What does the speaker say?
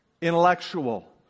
Intellectual